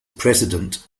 president